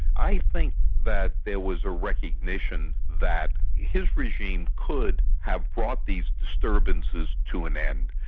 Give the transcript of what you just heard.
i think that there was a recognition that his regime could have brought these disturbances to an end,